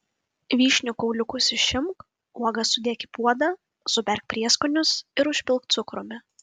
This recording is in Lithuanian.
vyšnių kauliukus išimk uogas sudėk į puodą suberk prieskonius ir užpilk cukrumi